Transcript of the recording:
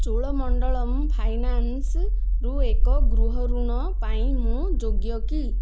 ଚୋଳମଣ୍ଡଳମ୍ ଫାଇନାନ୍ସ୍ରୁ ଏକ ଗୃହ ଋଣ ପାଇଁ ମୁଁ ଯୋଗ୍ୟ କି